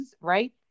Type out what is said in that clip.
right